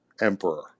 emperor